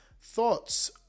Thoughts